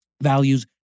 values